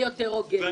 בסופו של יום, אני